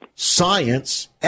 Science